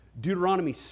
Deuteronomy